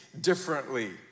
differently